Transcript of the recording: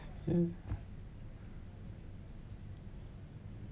mm